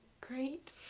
Great